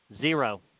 zero